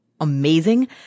amazing